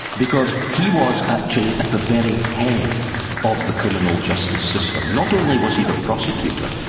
because he was actually at the very head of the criminal justice system. not only was he the prosecutor,